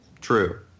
true